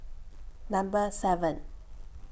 Number seven